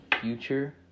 future